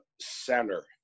Center